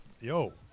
Yo